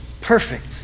perfect